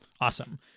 Awesome